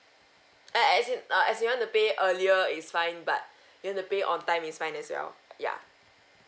uh as in uh as you want to pay earlier is fine but you want to pay on time is fine as well ya